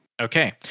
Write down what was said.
Okay